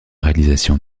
réalisation